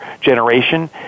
generation